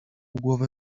głowę